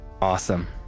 awesome